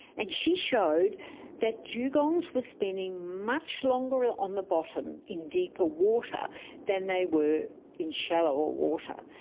and she showed that dugongs were spending much longer on the bottom in deeper water than they were in shallower water.